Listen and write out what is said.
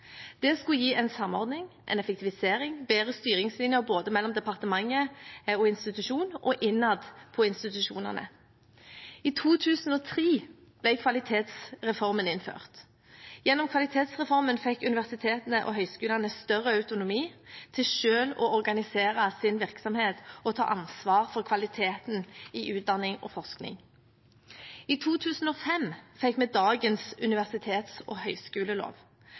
Det skulle gi samordning, effektivisering og bedre styringslinjer både mellom departement og institusjon og innad på institusjonene. I 2003 ble kvalitetsreformen innført. Gjennom kvalitetsreformen fikk universitetene og høyskolene større autonomi til selv å organisere sin virksomhet og ta ansvar for kvaliteten i utdanning og forskning. I 2005 fikk vi dagens universitets- og høyskolelov.